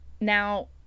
Now-